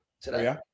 today